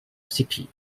city